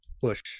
push